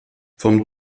vom